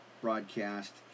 broadcast